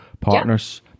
partners